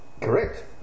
correct